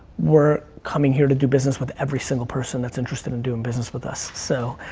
we're coming here to do business with every single person that's interested in doing business with us, so.